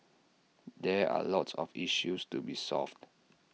there are lots of issues to be solved